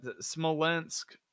Smolensk